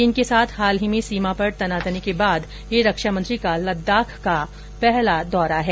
चीन के साथ हाल में सीमा पर तनातनी के बाद यह रक्षामंत्री का लद्दाख का पहला दौरा है